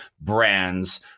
brands